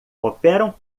operam